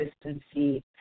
consistency